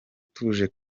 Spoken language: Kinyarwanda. utuje